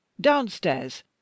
downstairs